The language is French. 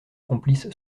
complice